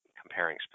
Comparing